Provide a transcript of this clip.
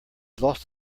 lost